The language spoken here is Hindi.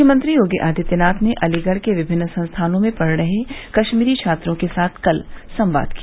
मुख्यमंत्री योगी आदित्यनाथ ने अलीगढ़ के विभिन्न संस्थानों में पढ़ रहे कश्मीरी छात्रों के साथ कल संवाद किया